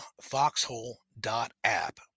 foxhole.app